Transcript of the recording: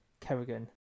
Kerrigan